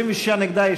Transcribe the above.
36 נגדה,